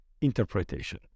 interpretation